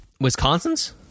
wisconsin's